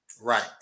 right